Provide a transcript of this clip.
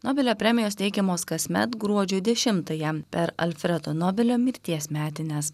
nobelio premijos teikiamos kasmet gruodžio dešimtąją per alfredo nobelio mirties metines